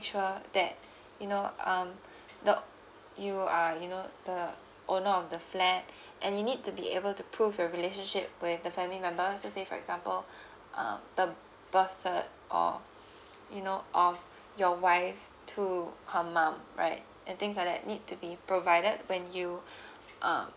sure that you know um the you are you know the owner of the flat and you need to be able to prove your relationship with the family member so say for example um the birth of you know of your wife to her mom right and things like that need to be provided when you um